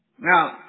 Now